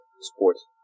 sports